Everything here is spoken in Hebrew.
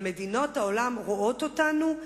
אבל מדינות העולם רואות אותנו,